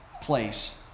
place